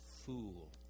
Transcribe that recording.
fool